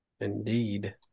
Indeed